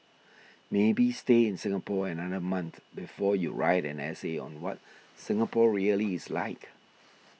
maybe stay in Singapore another month before you write an essay on what Singapore really is like